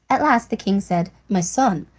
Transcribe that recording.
at last the king said my son,